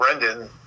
Brendan